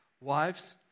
Wives